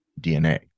DNA